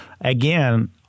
again